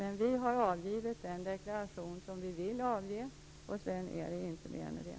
Vi har alltså avgivit den deklaration som vi ville avge. Sedan är det intet mera med det.